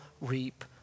reap